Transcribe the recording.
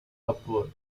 upward